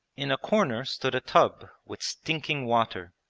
in a corner stood a tub with stinking water,